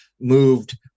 moved